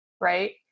right